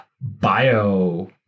bio